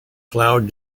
cloud